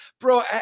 bro